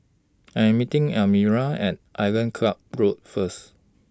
I'm meeting Elmira At Island Club Road First